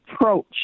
approach